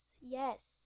Yes